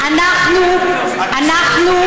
הכישלון שלכם צורם,